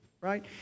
right